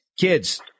kids –